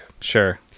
Sure